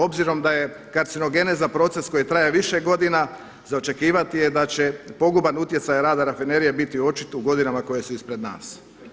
Obzirom da je karcinogeneza proces koji traje više godina za očekivati je da će poguban utjecaj rada Rafinerije biti očit u godinama koje su ispred nas.